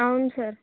అవును సార్